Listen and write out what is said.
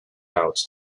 out